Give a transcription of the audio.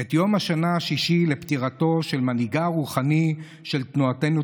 את יום השנה השישי לפטירתו של מנהיגה הרוחני של תנועתנו,